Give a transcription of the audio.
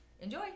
Enjoy